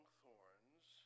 thorns